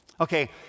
Okay